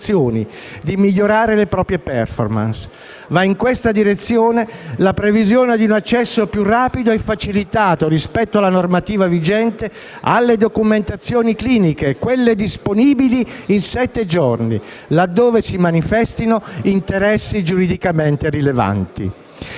di migliorare le proprie *performance*. Va in questa direzione la previsione di un accesso più rapido e facilitato rispetto alla normativa vigente alle documentazioni cliniche (quelle disponibili in sette giorni) laddove si manifestino interessi giuridicamente rilevanti.